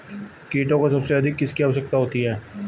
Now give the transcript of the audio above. कीटों को सबसे अधिक किसकी आवश्यकता होती है?